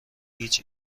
هیچ